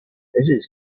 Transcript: this